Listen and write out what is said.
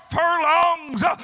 furlongs